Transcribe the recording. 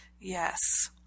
Yes